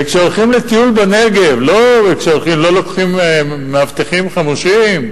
וכשהולכים לטיול בנגב, לא לוקחים מאבטחים חמושים?